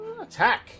attack